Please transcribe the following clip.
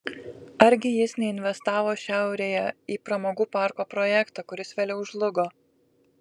argi jis neinvestavo šiaurėje į pramogų parko projektą kuris vėliau žlugo